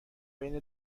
بین